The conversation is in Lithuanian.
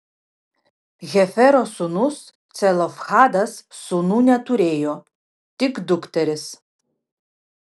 hefero sūnus celofhadas sūnų neturėjo tik dukteris